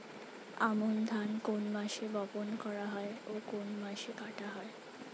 আমন ধান কোন মাসে বপন করা হয় ও কোন মাসে কাটা হয়?